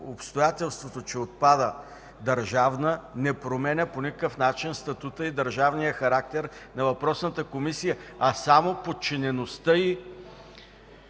Обстоятелството, че отпада „държавна” не променя по никакъв начин статута и държавния характер на въпросната комисия, а само подчинеността й